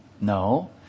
No